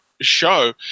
show